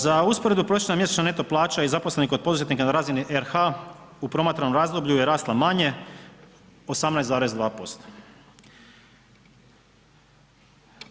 Za usporedbu prosječna mjesečna neto plaća i zaposlenih kod poduzetnika na razini RH u promatranom razdoblju je rasla manje 18,2%